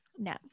No